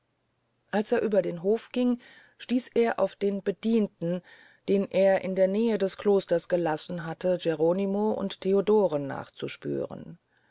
als er über den hof ging stieß er auf den bedienten den er in der nähe des klosters gelassen hatte geronimo und theodoren nachzuspühren